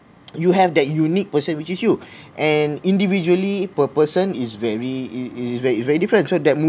you have that unique person which is you and individually per person is very is very is very different so that movie